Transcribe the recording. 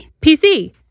PC